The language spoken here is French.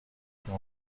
était